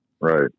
right